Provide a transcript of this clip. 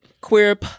Queer